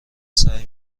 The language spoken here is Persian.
سعی